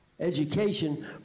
education